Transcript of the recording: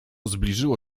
zbliżyło